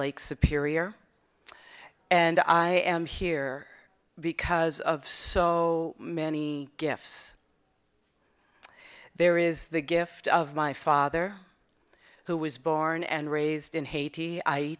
lake superior and i am here because of so many gifts there is the gift of my father who was born and raised in haiti